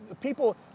people